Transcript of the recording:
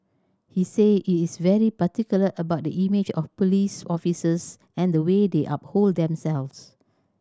he said he is very particular about the image of police officers and the way they uphold themselves